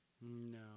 No